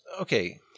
Okay